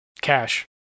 cash